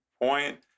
point